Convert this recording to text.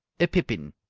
a pippin!